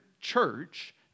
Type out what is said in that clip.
church